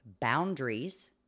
boundaries